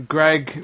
Greg